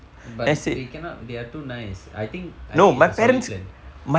but they cannot they are too nice I think I think it's a solid plan